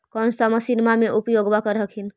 कौन सा मसिन्मा मे उपयोग्बा कर हखिन?